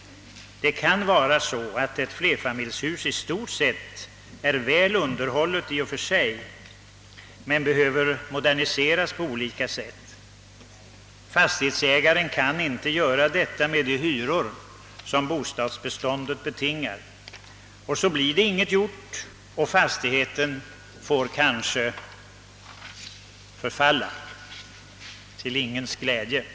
Ett flerfamiljshus kan i stort sett vara väl underhållet men behöva moderniseras på olika sätt. Fastighetsägaren kan inte utföra moderhiseringen med de hyror som bostadsbeståndet betingar, och så blir det inget gjort, utan fastigheten får kanske förfalla — till ingens glädje.